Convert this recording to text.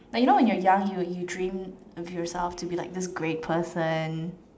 like you know when you're young you you dream of yourself to be like this great person